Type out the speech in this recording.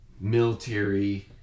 military